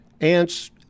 Ants